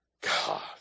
God